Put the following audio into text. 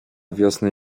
wiosny